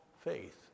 faith